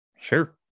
Sure